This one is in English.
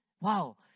Wow